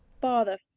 Father